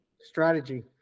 Strategy